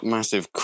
Massive